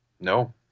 No